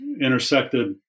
intersected